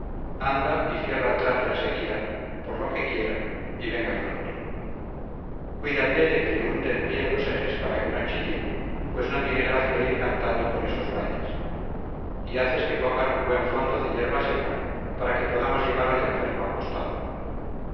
anda y cierra trato en seguida por lo que quieran y venga pronto cuídate de que le unten bien los ejes para que no chille pues no tiene gracia ir cantando por esos valles y haces que pongan un buen fondo de yerba seca para que podamos llevar al enfermo acostado